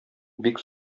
бик